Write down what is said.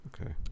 okay